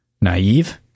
naive